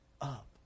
up